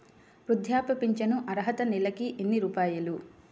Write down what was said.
వృద్ధాప్య ఫింఛను అర్హత నెలకి ఎన్ని రూపాయలు?